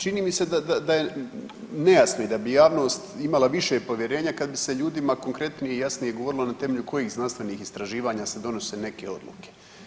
Čini mi se da je nejasno i da bi javnost imala više povjerenja kad bi se ljudima konkretnije i jasnije govorilo na temelju kojih znanstvenih istraživanja se donose neke odluke.